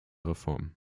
reformen